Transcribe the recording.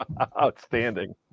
Outstanding